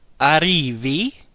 arrivi